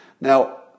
Now